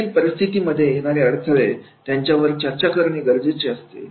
जीवनातील परिस्थितीमध्ये येणारे अडथळे याच्यावर चर्चा करणे गरजेचे असते